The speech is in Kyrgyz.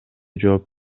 жооп